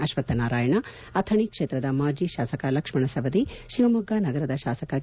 ಅಶ್ವಥ ನಾರಾಯಣ ಅಥಣಿ ಕ್ಷೇತ್ರದ ಮಾಜಿ ಶಾಸಕ ಲಕ್ಷ್ಮಣ ಸವದಿ ಶಿವಮೊಗ್ಗ ನಗರದ ಶಾಸಕ ಕೆ